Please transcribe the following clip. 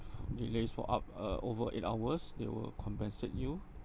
delays for up uh over eight hours they will compensate you